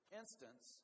instance